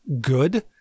good